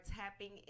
tapping